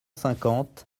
cinquante